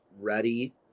ready